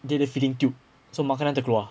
dia ada feeding tube so makanan terkeluar